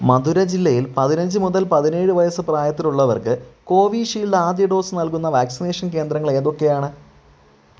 മധുര ജില്ലയിൽ പതിനഞ്ച് മുതൽ പതിനേഴ് വയസ്സ് പ്രായത്തിലുള്ളവർക്ക് കോവിഷീൽഡ് ആദ്യ ഡോസ് നൽകുന്ന വാക്സിനേഷൻ കേന്ദ്രങ്ങൾ ഏതൊക്കെയാണ്